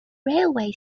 railway